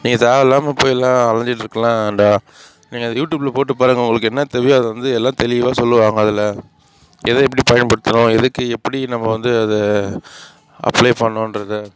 நீங்கள் தேவையில்லாம போயில்லா அலைஞ்சிக்கிட்டு இருக்கலாம் அந்த நீங்கள் அதை யூட்யூப்பில் போட்டு பாருங்க உங்களுக்கு என்ன தேவை அது வந்து எல்லாம் தெளிவாக சொல்லுவாங்க அதில் எதை எப்படி பயன்படுத்தணும் எதுக்கு எப்படி நம்ம வந்து அதை அப்ளை பண்ணுன்றதை